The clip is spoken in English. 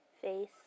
face